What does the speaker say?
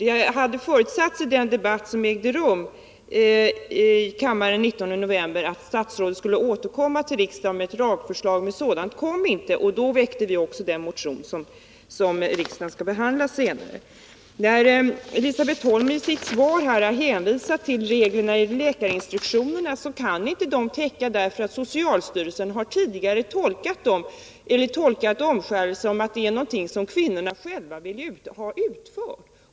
I debatten den 19 november förutsattes att statsrådet skulle återkomma till riksdagen med ett lagförslag, men något sådant kom inte. Då väckte vi de motioner som riksdagen senare kommer att behandla. täcker inte det här. Socialstyrelsen har ju uppfattat saken så, att omskärelse Nr 167 är någonting som kvinnorna själva vill få utförd.